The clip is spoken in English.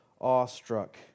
awestruck